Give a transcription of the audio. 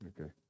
Okay